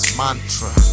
mantra